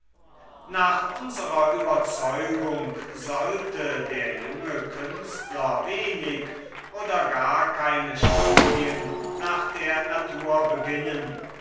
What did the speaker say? nach unserer überzeugung sollte der junge künstler wenig oder gar keine studien nach der natur beginnen